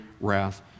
wrath